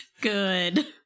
Good